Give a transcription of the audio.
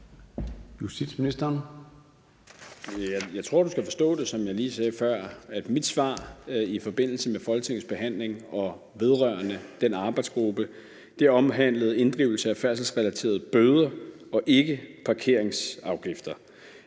Jeg tror, du skal forstå det, som jeg lige sagde før, at mit svar i forbindelse med Folketingets behandling og vedrørende den arbejdsgruppe omhandlede inddrivelse af færdselsrelaterede bøder og ikke parkeringsafgifter.